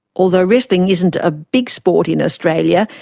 although wrestling isn't a big sport in australia,